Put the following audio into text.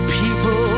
people